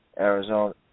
Arizona